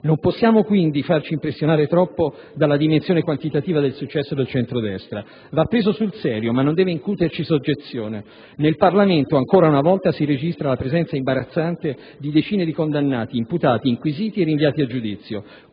Non possiamo quindi farci impressionare troppo dalla dimensione quantitativa del successo del centrodestra. Va preso sul serio ma non deve incuterci soggezione. Nel Parlamento ancora una volta si registra la presenza imbarazzante di decine di condannati, imputati, inquisiti e rinviati a giudizio.